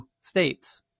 states